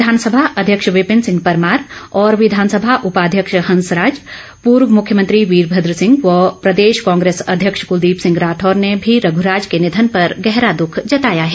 विधानसभा अध्यक्ष विपिन सिंह परमार और विधानसभा उपाध्यक्ष हंसराज पूर्व मुख्यमंत्री वीरभद्र सिंह व प्रदेश कांग्रेस अध्यक्ष कुलदीप सिंह राठौर ने भी रघुराज के निधन पर गहरा दुख जताया है